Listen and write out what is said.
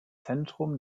zentrum